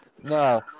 No